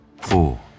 four